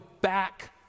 back